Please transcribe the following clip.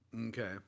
Okay